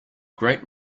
great